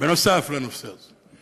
נוסף על הנושא הזה.